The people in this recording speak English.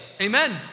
Amen